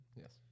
Yes